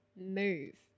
move